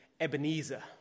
Ebenezer